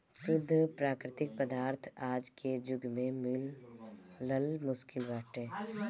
शुद्ध प्राकृतिक पदार्थ आज के जुग में मिलल मुश्किल बाटे